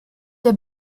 der